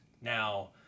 Now